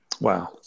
Wow